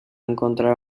encontrar